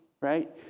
right